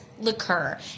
liqueur